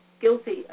Guilty